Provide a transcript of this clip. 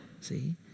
see